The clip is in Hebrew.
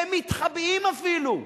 והם מתחבאים אפילו.